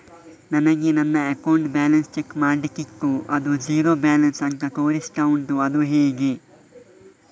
ನನಗೆ ನನ್ನ account balance check ಮಾಡ್ಲಿಕ್ಕಿತ್ತು ಅದು ಝೀರೋ ಬ್ಯಾಲೆನ್ಸ್ ಅಂತ ತೋರಿಸ್ತಾ ಉಂಟು ಅದು ಹೇಗೆ?